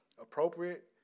appropriate